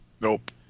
Nope